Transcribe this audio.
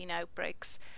outbreaks